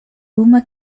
uma